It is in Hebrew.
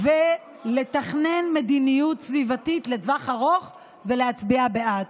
ולתכנן מדיניות סביבתית לטווח ארוך ולהצביע בעד.